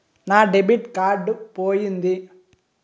నా debit card పోయింది